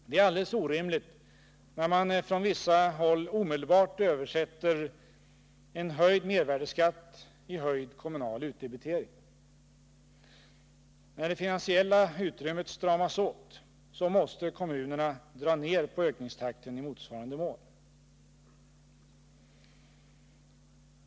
Det är alldeles orimligt när man från vissa håll omedelbart översätter en höjd mervärdeskatt i höjd kommunal utdebitering. När det finansiella utrymmet stramas åt måste kommunerna dra ner på ökningstakten i motsvarande mån.